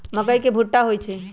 मकई के भुट्टा होई छई